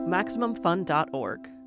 MaximumFun.org